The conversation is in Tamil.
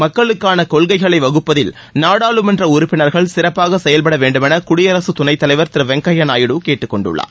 மக்களுக்கான கொள்கைகளை வகுப்பதில் நாடாளுமன்ற உறுப்பினர்கள் சிறப்பாக செயல்பட வேண்டுமென தடியரச துணைத்தலைவர் திரு வெங்கய்ய நாயுடு கேட்டுக் கொண்டுள்ளார்